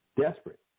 Desperate